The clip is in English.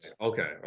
okay